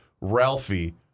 Ralphie